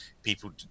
people